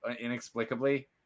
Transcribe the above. inexplicably